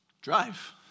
drive